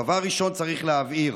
דבר ראשון, צריך להבהיר,